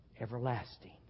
everlasting